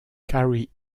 carrie